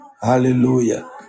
hallelujah